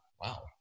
wow